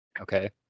Okay